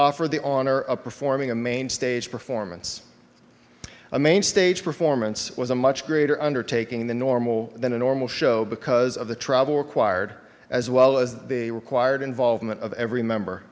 offered the honor of performing a main stage performance a main stage performance was a much greater undertaking in the normal than a normal show because of the travel required as well as the required involvement of every member